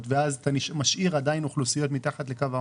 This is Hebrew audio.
ואז אתה משאיר עדיין אוכלוסיות מתחת לקו העוני,